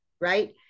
right